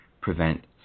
prevent